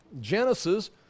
genesis